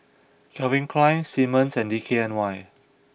Calvin Klein Simmons and D K N Y